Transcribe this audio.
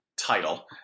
title